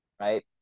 right